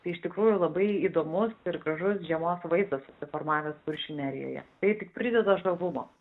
tai iš tikrųjų labai įdomus ir gražus žiemos vaizdas susiformavęs kuršių nerijoje tai tik prideda žavumo